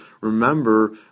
remember